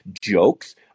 jokes